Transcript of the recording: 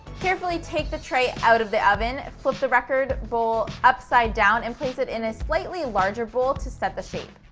carefully take the tray out of the oven, flip the record bowl upside down, and place it in a slightly larger bowl to set the shape.